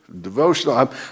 devotional